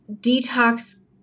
detox